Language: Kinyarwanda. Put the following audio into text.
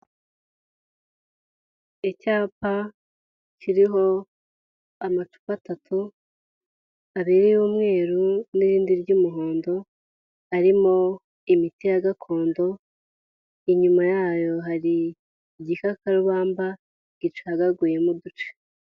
Icyapa kiriho amacupa atatu hari iy'umweru nirindi ry'umuhondo harimo imiti ya gakondo ,inyuma yayo hari igikakarubamba gicagaguyemo uduce.